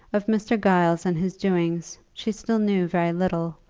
of mr. giles and his doings she still knew very little,